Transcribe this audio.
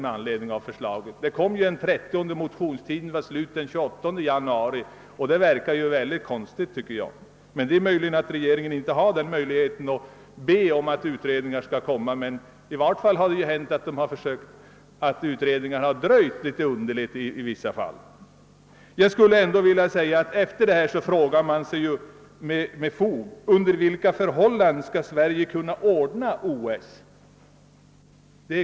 Förslaget kom den 30 januari, och den allmänna motionstiden var slut den 28. Det verkar mycket egendomligt, men det kan tänkas att regeringen inte har möjlighet att be om att utredningsresultat skall framläggas; i varje fall har det hänt att utredningar ibland har dröjt på ett litet underligt sätt. Efter allt detta frågar man sig med fog: Under vilka förhållanden skall Sverige kunna ordna OS?